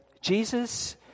Jesus